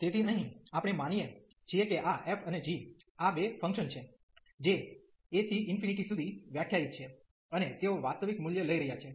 તેથી અહીં આપણે માનીએ છીએ કે આ f અને g આ બે ફંકશન છે જે a to સુધી વ્યાખ્યાયિત છે અને તેઓ વાસ્તવિક મૂલ્ય લઈ રહ્યા છે